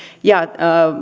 ja